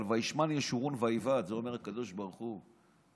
אבל "וישמן ישורון ויבעט" את זה אומר הקדוש ברוך הוא.